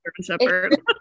shepherd